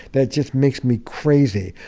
that just makes me crazy.